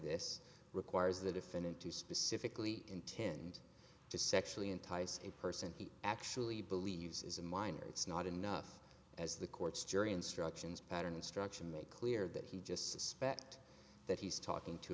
this requires the defendant to specifically intend to sexually entice a person he actually believes is a minor it's not enough as the court's jury instructions pattern instruction make clear that he just suspect that he's talking to